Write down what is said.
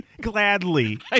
gladly